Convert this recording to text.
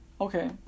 Okay